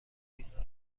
بیست